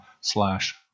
slash